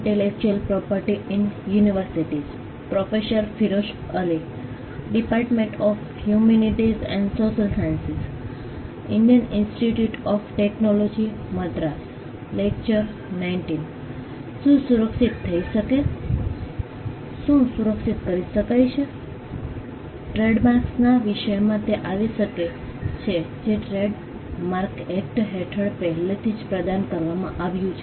ટ્રેડમાર્ક્સના વિષયમાં તે આવી શકે છે જે ટ્રેડમાર્ક એક્ટ હેઠળ પહેલેથી પ્રદાન કરવામાં આવ્યું છે